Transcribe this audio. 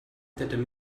that